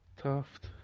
Taft